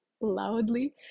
loudly